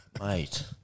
mate